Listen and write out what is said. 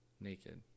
naked